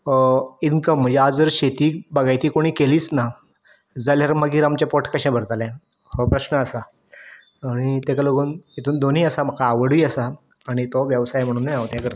income म्हजे आदर बागायती शेती कोणे केलीच ना जाल्यार मागीर आमचें पोट कशें भरतलें हो प्रश्न आसा आनी तेका लागोन हितून दोनय आसा म्हाका आवडय आसा आनी तो वेवसायूय म्हणुनूय हांव तें करतां